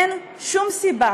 אין שום סיבה